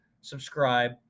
subscribe